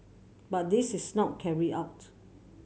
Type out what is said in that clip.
but this is not carried out